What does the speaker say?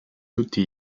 tutti